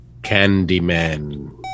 Candyman